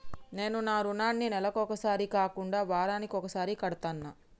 నేను నా రుణాన్ని నెలకొకసారి కాకుండా వారానికోసారి కడ్తన్నా